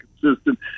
consistent